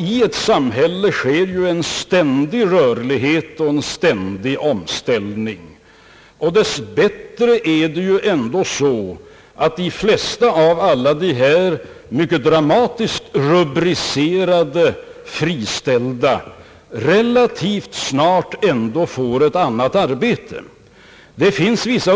I ett samhälle sker ju en ständig rörlighet och en ständig omställning, och dess bättre är det ändå så att de flesta av alla dessa mycket dramatiskt rubricerade friställda relativt snart får ett annat arbete. Det finns vissa